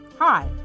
Hi